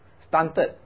stunted